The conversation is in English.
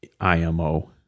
IMO